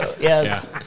Yes